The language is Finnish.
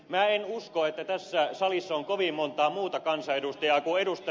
minä en usko että tässä salissa on kovin montaa muuta kansanedustajaa kuin ed